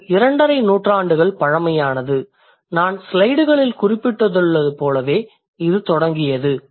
இது இரண்டரை நூற்றாண்டுகள் பழமையானது நான் ஸ்லைடுகளில் குறிப்பிட்டது போலவே இது தொடங்கியது